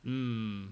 mm